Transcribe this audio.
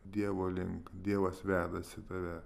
dievo link dievas vedasi tave